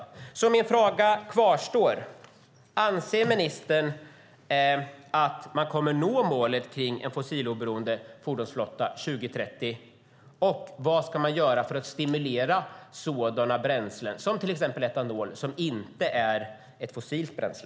Jag frågar ännu en gång: Anser ministern att man kommer att nå målet om en fossiloberoende fordonsflotta 2030? Och vad ska man göra för att stimulera sådana bränslen som inte är fossila bränslen, till exempel etanol?